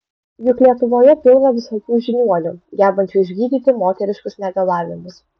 juk lietuvoje pilna visokių žiniuonių gebančių išgydyti moteriškus negalavimus